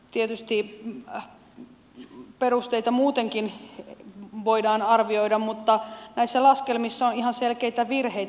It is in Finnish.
niitten laskelmien perusteita tietysti muutenkin voidaan arvioida mutta näissä laskelmissa on ihan selkeitä virheitä